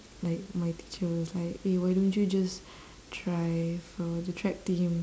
like my teacher was like eh why don't you just try for the track team